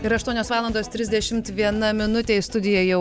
yra aštuonios valandos trisdešimt viena minutė į studiją jau